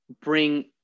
bring